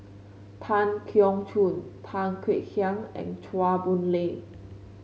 Tan Keong Choon Tan Kek Hiang and Chua Boon Lay